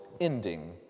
ending